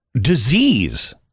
disease